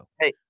hey